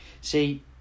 see